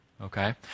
Okay